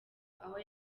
aho